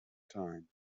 time